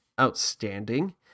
outstanding